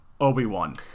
Obi-Wan